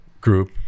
group